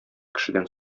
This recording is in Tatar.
кешедән